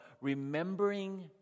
remembering